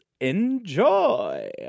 enjoy